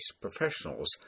professionals